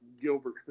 Gilbert